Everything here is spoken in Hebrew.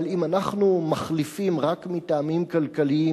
אבל אם אנחנו מחליפים רק מטעמים כלכליים